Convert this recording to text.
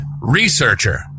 researcher